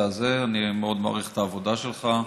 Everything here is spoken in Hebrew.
אני מאוד מעריך את העבודה שלך,